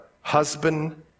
husband